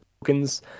tokens